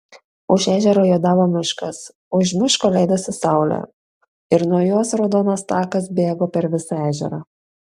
už ežero juodavo miškas už miško leidosi saulė ir nuo jos raudonas takas bėgo per visą ežerą